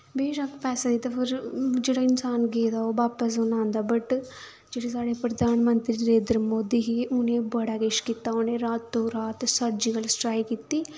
बेश्क्क पैसा दित्ता पर जेह्ड़ा इंसान गेदा ओह् बापस नी औंदा बट जेह्ड़े साढ़े प्रधानमंत्री नरेंद्र मोदी हे उ'नें बड़ा किश कीता उ'नें रातो रात सर्जिकल स्ट्राइक कीती